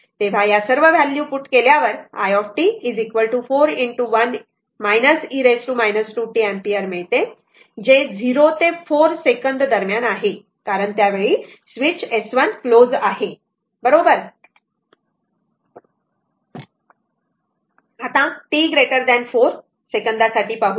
या सर्व value put केल्यावर i t 4 ✕ 1 - e 2t ampere आहे जे 0 ते 4 सेकंद दरम्यान आहे कारण त्यावेळी स्विच S1 क्लोज आहे बरोबर आता t 4 सेकंदां साठी पाहूया